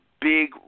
big